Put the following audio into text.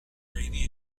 grady